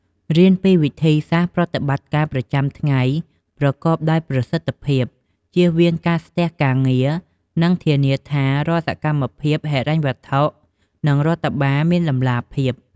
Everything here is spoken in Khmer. រៀនពីវិធីសាស្ត្រប្រតិបត្តិការប្រចាំថ្ងៃប្រកបដោយប្រសិទ្ធភាព ជៀសវាងការស្ទះការងារ និងធានាថារាល់សកម្មភាពហិរញ្ញវត្ថុ និងរដ្ឋបាលមានតម្លាភាព។